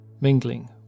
mingling